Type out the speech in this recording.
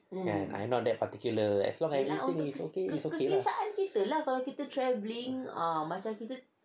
I'm not that particular as long as it's okay lah